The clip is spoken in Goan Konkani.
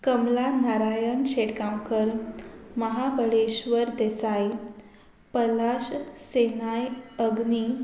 कमला नारायण शेटगांवकर महाबळेश्वर देसाय पलाश सेनाय अग्नी